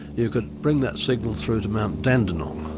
you could bring that signal through to mt dandenong.